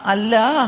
Allah